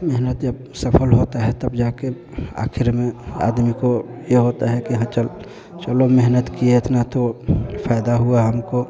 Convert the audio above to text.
मेहनत जब सफल होती है तब जा कर आख़िर में आदमी को ये होता है कि हाँ चलो चलो मेहनत की इतना तो फ़ायदा हुआ हमें